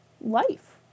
life